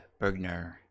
Bergner